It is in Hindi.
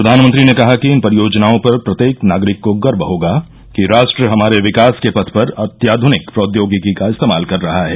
प्रधानमंत्री ने कहा कि इन परियोजनाओं पर प्रत्येक नागरिक को गर्व होगा कि राष्ट्र हमारे विकास के पथ पर अत्याधुनिक प्रौद्योगिकी का इस्तेमाल कर रहा है